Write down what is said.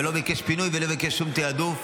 ולא ביקש פינוי ולא ביקש שום תיעדוף.